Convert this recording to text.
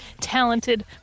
talented